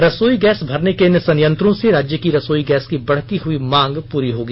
रसोई गैस भरने के इन संयंत्रों से राज्य की रसोई गैस की बढ़ती हुई मांग पूरी होगी